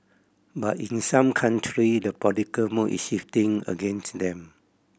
but in some country the political mood is shifting against them